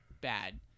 bad